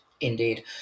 Indeed